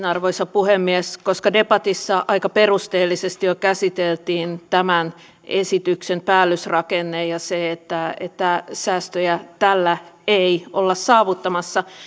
arvoisa puhemies koska debatissa aika perusteellisesti jo käsiteltiin tämän esityksen päällysrakenne ja se että että säästöjä tällä ei olla saavuttamassa